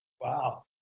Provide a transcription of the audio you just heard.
Wow